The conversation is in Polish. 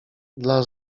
dla